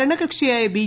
ഭരണകക്ഷിയായ ബി